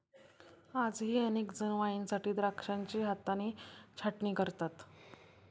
आजही अनेक जण वाईनसाठी द्राक्षांची हाताने छाटणी करतात